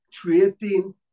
creating